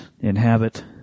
inhabit